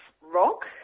rock